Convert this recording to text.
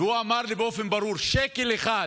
והוא אמר לי באופן ברור: שקל אחד,